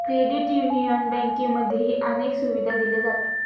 credit union बँकांमध्येही अनेक सुविधा दिल्या जातात